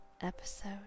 episode